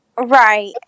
Right